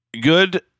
Good